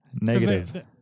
Negative